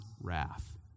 wrath